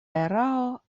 erao